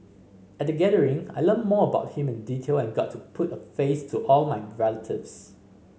at the gathering I learnt more about him in detail and got to put a face to all my relatives